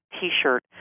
T-shirt